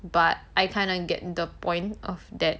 but I kind of get the point of that